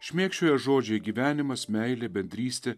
šmėkščioja žodžiai gyvenimas meilė bendrystė